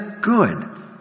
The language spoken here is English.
good